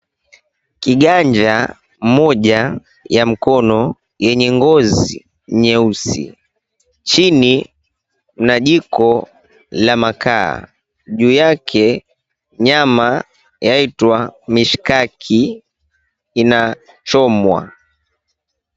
Kiganja moja ya mkono yenye ngozi nyeusi. Chini mna jiko la makaa. Juu yake nyama yaitwa mishkaki inachomwa.